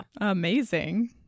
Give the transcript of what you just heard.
Amazing